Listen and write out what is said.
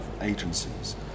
agencies